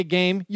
game